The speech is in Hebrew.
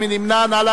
מי נמנע?